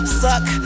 suck